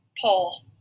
Paul